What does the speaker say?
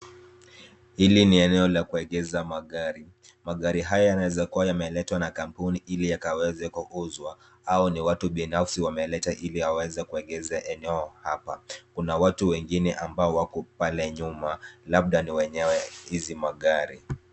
Hili ni eneo la kuegeza magari, magari haya yanaweza kua yameletwa na kampuni ili yakaweze kuuzwa, au ni watu bianafsi wameleta ili wapate kuegeza hapa ,Kuna watu wengine wako pale nyuma labda ni wenye hizi magari.